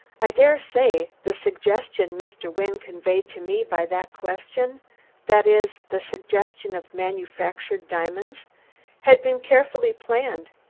i dare say the suggestion mr. wynne conveyed to me by that question that is, the suggestion of manufactured diamonds had been carefully planned,